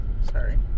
Sorry